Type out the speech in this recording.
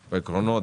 בעקרונות,